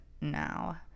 now